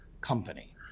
company